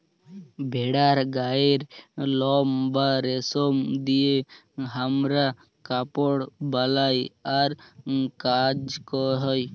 ভেড়ার গায়ের লম বা রেশম দিয়ে হামরা কাপড় বালাই আর কাজ হ্য়